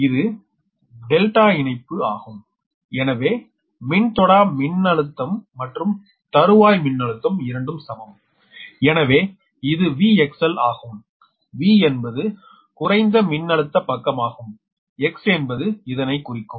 எனவே இது ∆ இணைப்பு ஆகும் எனவே மின்தொடா மின்னழுத்தம்மற்றும் தருவாய் மின்னழுத்தம் இரண்டும் சமம் எனவே இது VXL ஆகும் V என்பது குறைந்த மின்னழுத்த பக்கமாகும் X என்பது இதனை குறிக்கும்